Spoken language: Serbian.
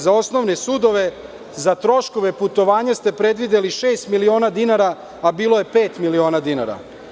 Za osnovne sudove za troškove putovanja ste predvideli 6 miliona dinara, a bilo je pet miliona dinara.